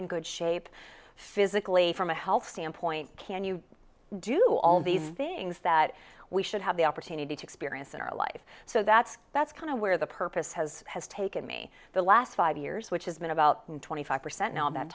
in good shape physically from a health standpoint can you do all these things that we should have the opportunity to experience in our life so that's that's kind of where the purpose has has taken me the last five years which has been about twenty five percent now of that